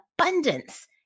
abundance